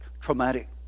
traumatic